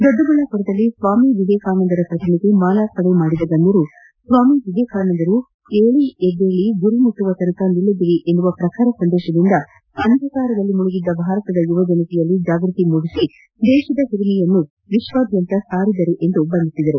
ದೊಡ್ಡಬಳ್ನಾಪುರದಲ್ಲಿ ಸ್ನಾಮಿ ವಿವೇಕಾನಂದರ ಪ್ರತಿಮೆಗೆ ಮಾಲಾರ್ಪಣೆ ಮಾಡಿದ ಗಣ್ಣರು ಸ್ವಾಮಿ ವಿವೇಕಾನಂದರು ಏಳಿ ಎದ್ದೇಳ ಗುರಿ ಮುಟ್ಟುವ ತನಕ ನಿಲ್ಲದಿರಿ ಎಂಬ ಪ್ರಖರ ಸಂದೇಶದಿಂದ ಅಂಧಕಾರದಲ್ಲಿ ಮುಳುಗಿದ್ದ ಭಾರತದ ಯುವಜನತೆಯಲ್ಲಿ ಜಾಗೃತಿ ಮೂಡಿಸಿ ದೇಶದ ಹಿರಿಮೆಯನ್ನು ಪ್ರಪಂಚದಾದ್ಯಂತ ಸಾರಿದರು ಎಂದು ಬಣ್ಣಿಸಿದರು